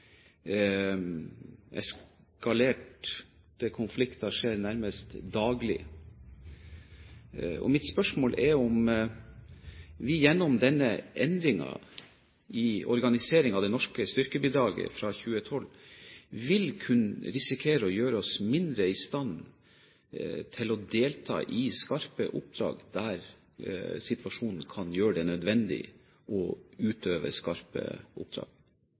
konflikter skjer nærmest daglig. Mitt spørsmål er om vi gjennom denne endringen i organiseringen av det norske styrkebidraget fra 2012 vil kunne risikere å gjøre oss mindre i stand til å delta i skarpe oppdrag når situasjonen kan gjøre det nødvendig å utøve skarpe oppdrag.